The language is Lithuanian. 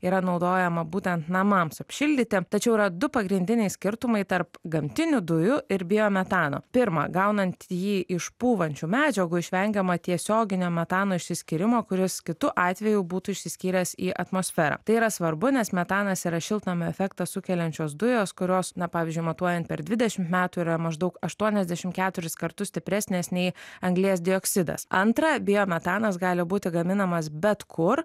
yra naudojama būtent namams apšildyti tačiau yra du pagrindiniai skirtumai tarp gamtinių dujų ir biometano pirma gaunant jį iš pūvančių medžiagų išvengiama tiesioginio metano išsiskyrimo kuris kitu atveju būtų išsiskyręs į atmosferą tai yra svarbu nes metanas yra šiltnamio efektą sukeliančios dujos kurios na pavyzdžiui matuojant per dvidešimt metų yra maždaug aštuoniasdešim keturis kartus stipresnės nei anglies dioksidas antra biometanas gali būti gaminamas bet kur